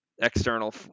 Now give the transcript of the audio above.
external